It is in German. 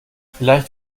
vielleicht